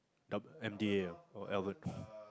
M_D_A ah or Albert